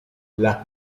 las